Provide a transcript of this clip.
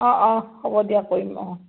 অঁ অঁ হ'ব দিয়া কৰিম অঁ